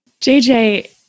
JJ